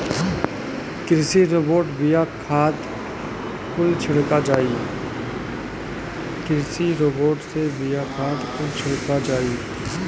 कृषि रोबोट से बिया, खाद कुल छिड़का जाई